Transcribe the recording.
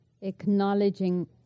acknowledging